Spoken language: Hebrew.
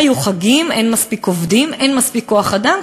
היו חגים, אין מספיק עובדים, אין מספיק כוח-אדם.